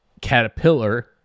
caterpillar